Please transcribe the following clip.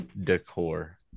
decor